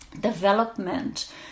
development